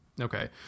Okay